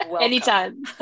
Anytime